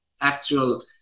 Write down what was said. actual